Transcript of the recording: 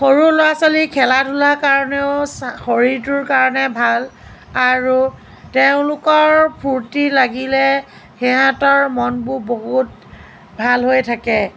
সৰু ল'ৰা ছোৱালীৰ খেলা ধূলা কাৰণেও শৰীৰটোৰ কাৰণে ভাল আৰু তেওঁলোকৰ ফুৰ্ত্তি লাগিলে সিহঁতৰ মনবোৰ বহুত ভাল হৈ থাকে